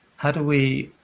how do we